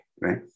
right